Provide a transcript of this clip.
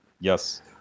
Yes